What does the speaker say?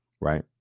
Right